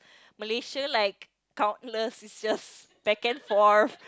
Malaysia like countless is just back and forth